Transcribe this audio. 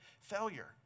failure